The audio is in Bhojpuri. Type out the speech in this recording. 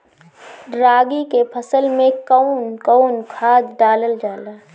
रागी के फसल मे कउन कउन खाद डालल जाला?